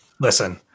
Listen